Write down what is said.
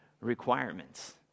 requirements